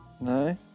No